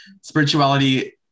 spirituality